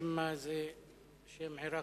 שאמה זה שם עירקי.